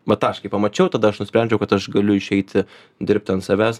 va tą aš kai pamačiau tada aš nusprendžiau kad aš galiu išeiti dirbti ant savęs